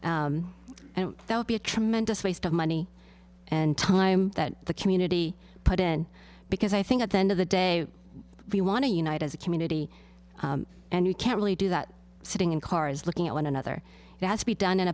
and they'll be a tremendous waste of money and time that the community put in because i think at the end of the day we want to unite as a community and you can't really do that sitting in cars looking at one another it has to be done in